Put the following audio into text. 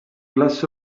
glass